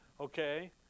Okay